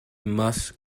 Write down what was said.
must